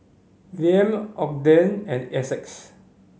Liam Ogden and Essex